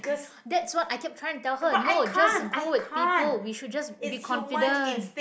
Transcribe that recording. that what I keep current tell her no just go with people we should just be confident